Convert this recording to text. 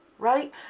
right